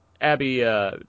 Abby